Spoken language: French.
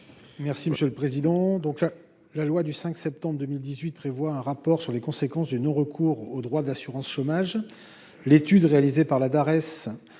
Merci monsieur le président, donc la la loi du 5 septembre 2018 prévoit un rapport sur les conséquences du non-recours aux droits d'assurance chômage,